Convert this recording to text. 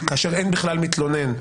כאשר אין בכלל מתלונן,